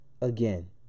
again